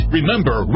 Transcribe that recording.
Remember